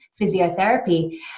physiotherapy